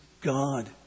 God